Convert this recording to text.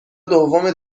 دوم